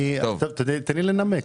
תן לי לנמק.